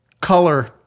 Color